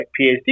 PhD